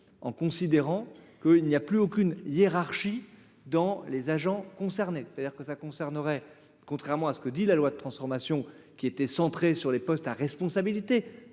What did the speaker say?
en considérant que il n'y a plus aucune hiérarchie dans les agents concernés, c'est-à-dire que ça concernerait, contrairement à ce que dit la loi de transformation qui était centré sur les postes à responsabilité